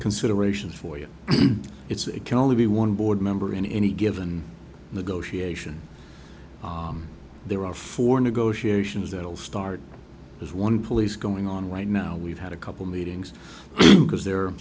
considerations for you it can only be one board member in any given negotiation there are four negotiations that will start as one police going on right now we've had a couple meetings because they're